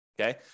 okay